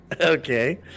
Okay